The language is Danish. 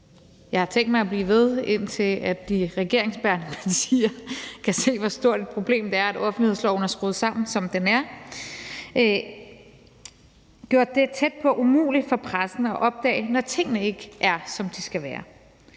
jeg har tænkt mig at blive ved, indtil de regeringsbærende partier kan se, hvor stort et problem det er, at offentlighedsloven er skruet sammen, som den er – gjort det tæt på umuligt for pressen at opdage, når tingene ikke er, som de skal være.